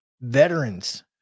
veterans